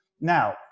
Now